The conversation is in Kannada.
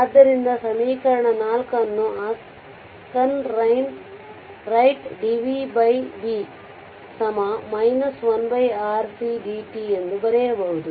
ಆದ್ದರಿಂದ ಸಮೀಕರಣ 4 ಅನ್ನು ಆಸ್ಕನ್ ರೈಟ್ dvv 1RC dt ಎಂದು ಬರೆಯಬಹುದು